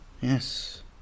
Yes